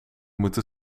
moeten